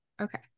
Okay